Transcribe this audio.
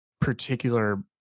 particular